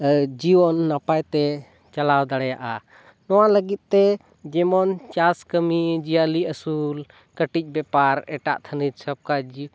ᱡᱤᱭᱚᱱ ᱱᱟᱯᱟᱭ ᱛᱮ ᱪᱟᱞᱟᱣ ᱫᱟᱲᱮᱭᱟᱜᱼᱟ ᱱᱚᱣᱟ ᱞᱟᱹᱜᱤᱫ ᱛᱮ ᱡᱮᱢᱚᱱ ᱪᱟᱥ ᱠᱟᱹᱢᱤ ᱡᱤᱭᱟᱹᱞᱤ ᱟᱹᱥᱩᱞ ᱠᱟᱹᱴᱤᱡ ᱵᱮᱯᱟᱨ ᱮᱴᱟᱜ ᱛᱷᱟᱹᱱᱤᱛ ᱥᱚᱵᱠᱟ ᱡᱤᱵ